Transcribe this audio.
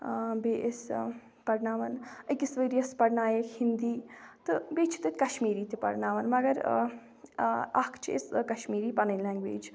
بیٚیہِ ٲسۍ پَرناوان أکِس ؤریَس پَرنٲیِکھ ہِندی تہٕ بیٚیہِ چھِ تَتہِ کَشمیٖری تہِ پرناوان مگر مگر اَکھ چھِ اَسہِ کَشمیٖری پَنٕںۍ لنٛگویج